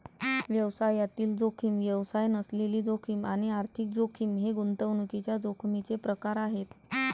व्यवसायातील जोखीम, व्यवसाय नसलेली जोखीम आणि आर्थिक जोखीम हे गुंतवणुकीच्या जोखमीचे प्रकार आहेत